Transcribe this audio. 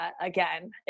again